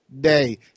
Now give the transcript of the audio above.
day